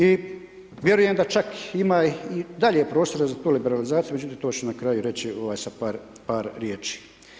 I vjerujem da čak ima i dalje prostora za tu liberalizaciju, međutim to ću na kraju reći sa par riječi.